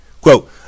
Quote